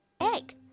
egg